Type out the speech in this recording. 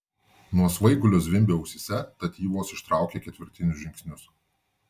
nuo svaigulio zvimbė ausyse tad ji vos ištraukė ketvirtinius žingsnius